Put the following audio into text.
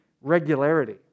regularity